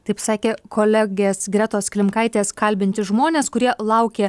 taip sakė kolegės gretos klimkaitės kalbinti žmonės kurie laukė